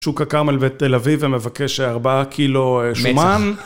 שוק הכרמל בתל אביב ומבקש ארבעה קילו שומן